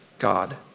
God